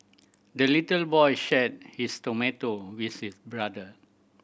the little boy shared his tomato with his brother